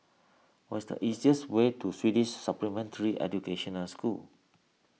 what is the easiest way to Swedish Supplementary Educational School